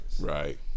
Right